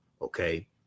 Okay